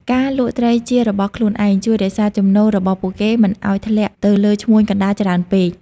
ការលក់ត្រីជារបស់ខ្លួនឯង ជួយរក្សា ចំណូល របស់ពួកគេមិនឱ្យធ្លាក់ទៅលើឈ្មួញកណ្តាលច្រើនពេក។